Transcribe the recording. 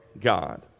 God